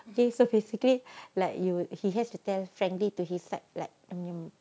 K so basically like you he has to tell frankly to his side like you